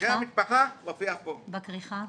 שם המשפחה מופיע פה, בכריכה.